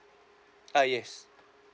ah yes